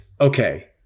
Okay